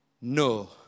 No